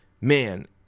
man